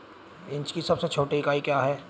Inch की सबसे छोटी इकाई क्या है?